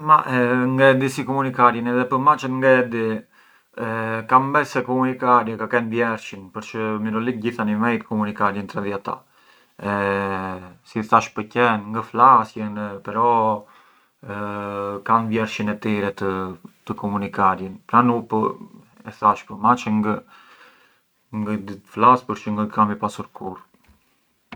Ma ngë e di si komunikarjën, edhe pë maçët ngë e di, kam bes se komunikarjën, ka kenë vjershin, përç gjithë animejt komunikarjën tra di ata, si thashë pë qent, ngë flasjën, però kan vjershin e tire sa të komunikarjën, pran si thash për maçet ngë mënd flas se ngë kam i pasur kurrë.